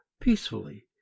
peacefully